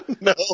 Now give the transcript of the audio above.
No